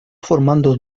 formando